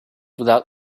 without